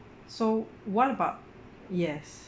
so what about yes